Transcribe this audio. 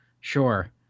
sure